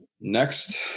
Next